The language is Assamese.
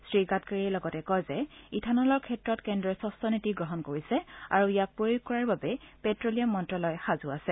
শ্ৰী গাডকাৰীয়ে লগতে কয় যে ইথানলৰ ক্ষেত্ৰত কেন্দ্ৰই স্বছ্ছ নীতি গ্ৰহণ কৰিছে আৰু ইয়াক প্ৰয়োগ কৰাৰ বাবে পেট্ৰলিয়াম মন্ত্যালয় সাজু আছে